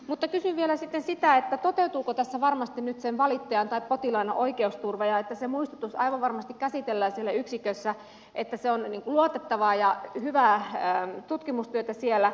mutta kysyn vielä sitten sitä toteutuuko tässä varmasti nyt sen valittajan tai potilaan oikeusturva niin että se muistutus aivan varmasti käsitellään siellä yksikössä ja että se on luotettavaa ja hyvää tutkimustyötä siellä